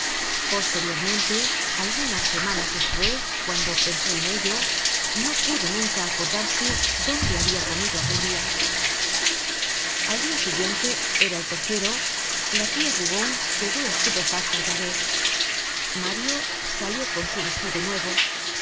posteriormente algunas semanas despues cuando pensó en ello no pudo nunca acordarse dónde habia comido aquel dia al dia siguiente era el tercero la tia bougon quedó estupefacta otra vez mario salió con su vestido nuevo